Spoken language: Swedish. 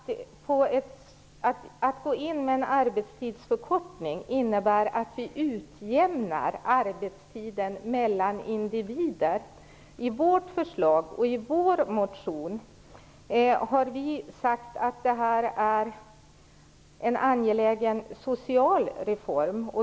Att införa en arbetstidsförkortning innebär att vi utjämnar arbetstiden mellan individer. I vårt förslag och vår motion har vi sagt att detta är en angelägen social reform.